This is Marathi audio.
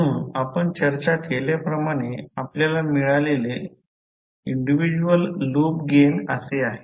म्हणून आपण चर्चा केल्याप्रमाणे आपल्याला मिळालेले इंडिव्हिजवल लूप गेन असे आहे